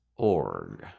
Org